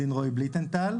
בליטנטל,